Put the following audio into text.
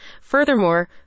Furthermore